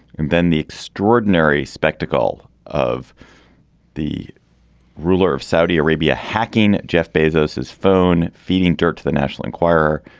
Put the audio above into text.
and then the extraordinary spectacle of the ruler of saudi arabia hacking. jeff bezos is phone feeding dirt to the national enquirer.